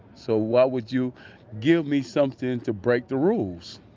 so why would you give me something to break the rules?